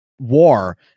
war